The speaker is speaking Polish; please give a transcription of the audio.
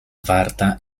warta